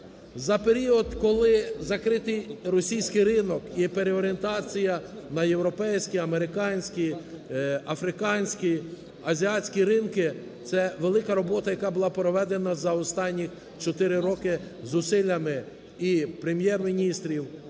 За період, коли закритий російський ринок і переорієнтація на європейський, американський, африканський, азіатські ринки, це велика робота, яка була проведена за останні чотири роки, зусиллями і прем'єр-міністрів,